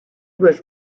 was